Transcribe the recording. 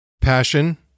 Passion